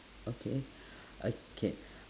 okay okay